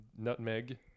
nutmeg